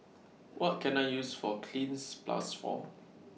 What Can I use For Cleanz Plus For